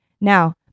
Now